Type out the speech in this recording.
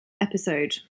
episode